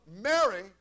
Mary